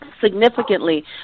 Significantly